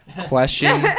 question